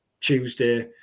Tuesday